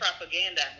propaganda